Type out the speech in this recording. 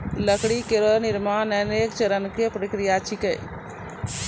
लकड़ी केरो निर्माण अनेक चरण क प्रक्रिया छिकै